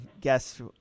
guess